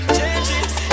Changes